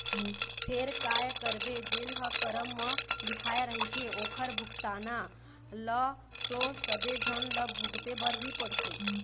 फेर काय करबे जेन ह करम म लिखाय रहिथे ओखर भुगतना ल तो सबे झन ल भुगते बर ही परथे